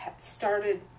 started